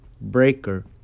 Breaker